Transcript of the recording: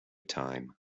time